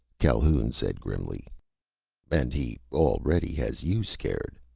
calhoun said grimly and he already has you scared!